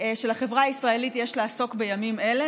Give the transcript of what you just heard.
שיש לחברה הישראלית לעסוק בו בימים אלה,